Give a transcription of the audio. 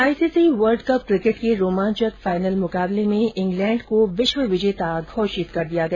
ICC world cup cricket के रोमांचक final मुकाबले में इंग्लैंड को विश्व विजेता घोषित किया गया